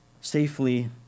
safely